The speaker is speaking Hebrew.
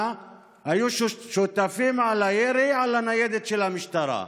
היו שותפים לירי על הניידת של המשטרה.